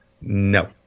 No